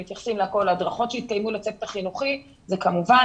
ההדרכות שיתקיימו לצוות החינוכי זה כמובן